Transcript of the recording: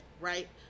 right